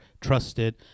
trusted